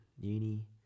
uni